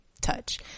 touch